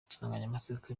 insanganyamatsiko